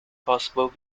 possible